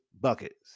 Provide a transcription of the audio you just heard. Buckets